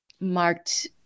marked